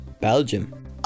Belgium